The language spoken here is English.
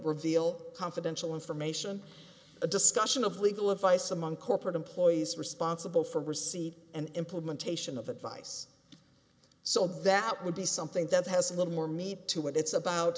reveal confidential information a discussion of legal advice among corporate employees responsible for receipt and implementation of advice so that would be something that has a little more meat to what it's about